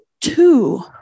two